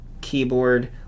keyboard